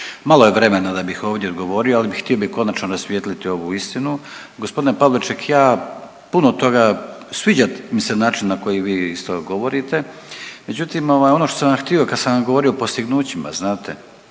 Malo je vremena da bih ovdje govorio, ali htio bih konačno rasvijetliti ovu istinu. Gospodine Pavliček, ja puno toga, sviđa mi se način na koji vi isto govorite, međutim ovaj ono što sam vam htio kad sam vam govorio o postignućima znate,